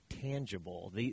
tangible